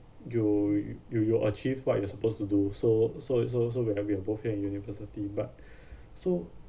you y~ you you achieve what you are supposed to do so so it's also we're having it both here in university but so